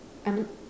I'm